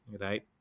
right